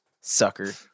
sucker